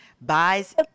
buys